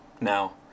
Now